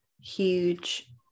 huge